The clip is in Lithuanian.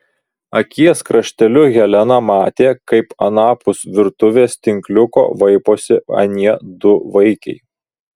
akies krašteliu helena matė kaip anapus virtuvės tinkliuko vaiposi anie du vaikiai